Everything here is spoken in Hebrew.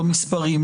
במספרים,